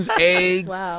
eggs